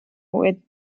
with